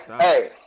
Hey